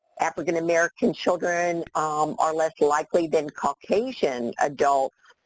african american children are less likely than caucasian adults,